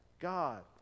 God